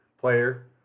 player